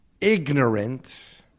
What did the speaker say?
ignorant